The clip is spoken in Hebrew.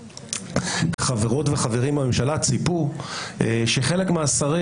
חברות וחברים בממשלה ציפו שחלק מהשרים